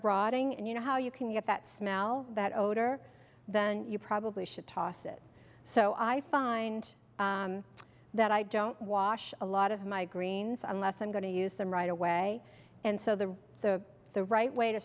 broadening and you know how you can get that smell that older than you probably should toss it so i find that i don't wash a lot of my greens unless i'm going to use them right away and so the the the right way to